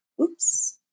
oops